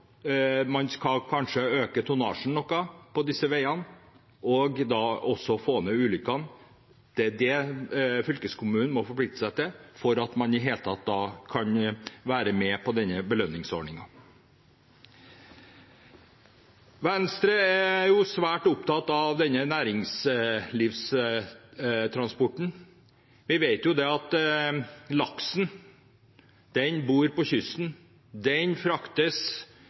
man skal kanskje øke tonnasjen noe på disse veiene, og man skal få ned antall ulykker. Dette må fylkeskommunene forplikte seg til for i det hele tatt å være med på denne belønningsordningen. Venstre er svært opptatt av næringslivstransporten. Vi vet jo at laksen finnes langs kysten og fraktes på fylkesveier før den kommer over på riksveien eller jernbanen. Og den